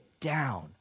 down